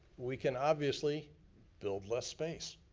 we can obviously build less space.